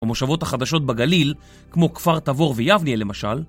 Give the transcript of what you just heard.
ומושבות החדשות בגליל, כמו כפר תבור ויבניאל למשל...